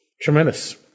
Tremendous